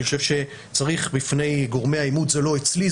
אני חושב שצריך בפני גורמי האימוץ זה לא אצלי,